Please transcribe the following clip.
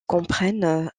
comprennent